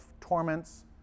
torments